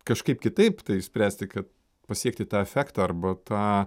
kažkaip kitaip tai spręsti kad pasiekti tą efektą arba tą